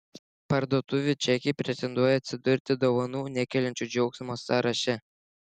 parduotuvių čekiai pretenduoja atsidurti dovanų nekeliančių džiaugsmo sąraše